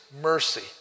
mercy